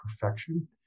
perfection